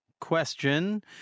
question